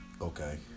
Okay